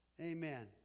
Amen